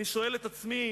אני שואל את עצמי